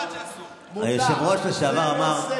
היושב-ראש לשעבר אמר,